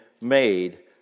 made